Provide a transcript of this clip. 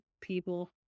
people